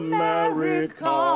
America